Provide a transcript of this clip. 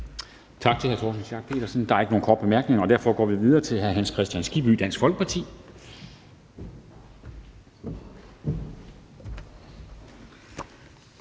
Tak til ordføreren. Der er ikke nogen korte bemærkninger, og derfor kan vi gå videre til hr. Hans Kristian Skibby, Dansk Folkeparti.